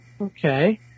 okay